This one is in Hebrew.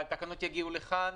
התקנות יגיעו לוועדה.